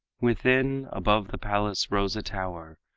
within, above the palace rose a tower,